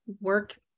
work